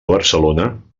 barcelona